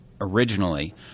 originally